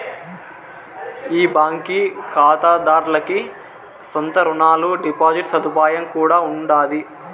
ఈ బాంకీ కాతాదార్లకి సొంత రునాలు, డిపాజిట్ సదుపాయం కూడా ఉండాది